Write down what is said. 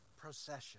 procession